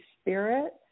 spirit